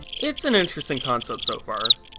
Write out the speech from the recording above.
it's an interesting concept so far.